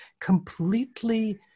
completely